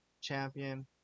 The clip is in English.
champion